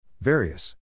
Various